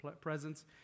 presence